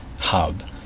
hub